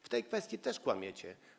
W tej kwestii też kłamiecie.